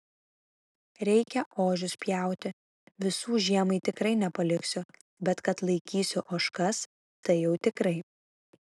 reikia ožius pjauti visų žiemai tikrai nepaliksiu bet kad laikysiu ožkas tai jau tikrai